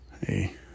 hey